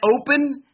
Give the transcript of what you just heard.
open